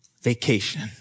vacation